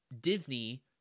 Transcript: Disney